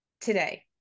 today